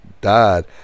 died